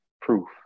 Proof